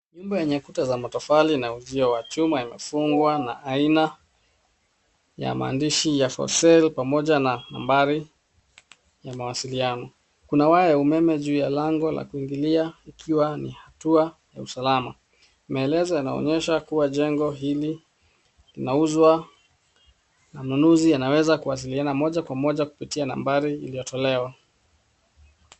Nyumba yenye kuta za matofali na uzio wa chuma imefungwa na aina ya maandishi ya for sale pamoja na nambari ya mawasiliano. Kuna waya ya umeme juu ya lango la kuingilia ikiwa ni hatua ya usalama. Maelezo yanaonyesha kuwa jengo hili linauzwa, mnunuzi anaweza kuwasiliana moja kwa moja kupitia nambari iliyotolewa.